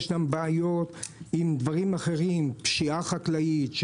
יש גם בעיות אחרות פשיעה חקלאית,